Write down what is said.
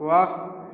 वाह